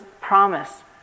promise